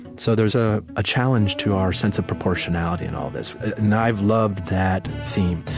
so there's a ah challenge to our sense of proportionality in all this, and i've loved that theme.